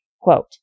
Quote